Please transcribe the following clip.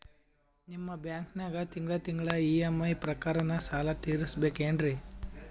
ನಿಮ್ಮ ಬ್ಯಾಂಕನಾಗ ತಿಂಗಳ ತಿಂಗಳ ಇ.ಎಂ.ಐ ಪ್ರಕಾರನ ಸಾಲ ತೀರಿಸಬೇಕೆನ್ರೀ?